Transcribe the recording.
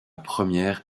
première